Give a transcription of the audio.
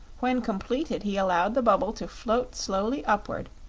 when completed, he allowed the bubble to float slowly upward,